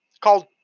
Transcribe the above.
called